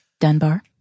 Dunbar